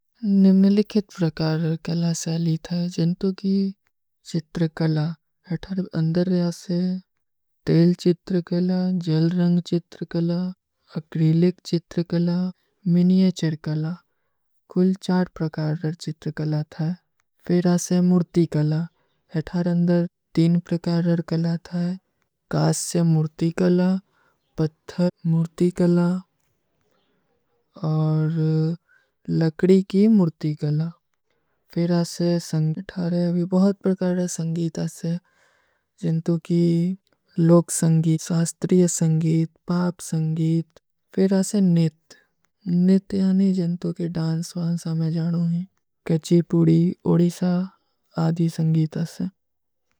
ନିମ୍ନଲିଖିତ ପ୍ରକାର କେଲା ସେ ଲୀତା ହୈ, ଜିନ୍ଟୋଗୀ ଚିତ୍ର କେଲା। ହୈଠାର ଅଂଦର ଯାସେ ତେଲ ଚିତ୍ର କେଲା, ଜଲ ରଂଗ ଚିତ୍ର କେଲା, ଅକ୍ରୀଲିକ ଚିତ୍ର କେଲା, ମିନିଯେଚର କେଲା। କୁଲ ଚାଡ ପ୍ରକାରର ଚିତ୍ର କେଲା ଥାଈ। ହୈଠାର ଅଂଦର ତୀନ ପ୍ରକାରର କେଲା ଥାଈ। କାସ୍ଯ ମୂର୍ଟୀ କେଲା, ପତ୍ଥ ମୂର୍ଟୀ କେଲା, ଲକଡୀ କୀ ମୂର୍ଟୀ କେଲା। ହୈଠାର ଅଂଦର ବହୁତ ପ୍ରକାରର ସଂଗୀତ ଥାଈ। ଜିନ୍ଟୋଗୀ ଲୋକ ସଂଗୀତ, ସାସ୍ତ୍ରିଯ ସଂଗୀତ, ପାପ ସଂଗୀତ। ପିର ଆସେ ନିତ, ନିତ ଯାନୀ ଜିନ୍ଟୋଗୀ ଡାନ୍ସ, ଵାନସା ମୈଂ ଜାନୂ ହୈଂ। କୈଚୀ, ପୂରୀ, ଓଡିସା, ଆଧୀ ସଂଗୀତ ଥାଈ।